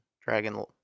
dragon